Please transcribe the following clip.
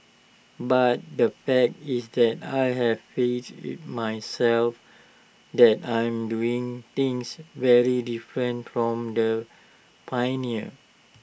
but the fact is that I have faith in myself that I am doing things very different from the pioneers